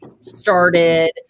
started